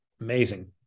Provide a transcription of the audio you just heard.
Amazing